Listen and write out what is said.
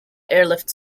airlift